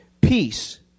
peace